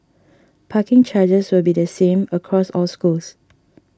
parking charges will be the same across all schools